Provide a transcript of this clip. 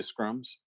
scrums